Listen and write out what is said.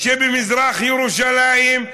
במזרח ירושלים: